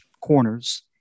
Corners